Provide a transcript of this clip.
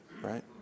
right